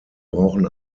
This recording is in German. brauchen